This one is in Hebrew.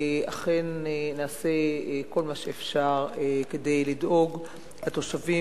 אכן נעשה כל מה שאפשר כדי לדאוג לתושבים.